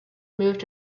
moved